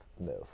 move